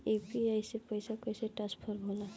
UPI से पैसा कैसे ट्रांसफर होला?